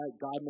God